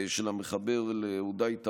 של המחבל עודאי תמימי,